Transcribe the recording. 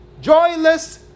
joyless